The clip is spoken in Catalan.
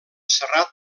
serrat